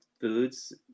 foods